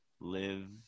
live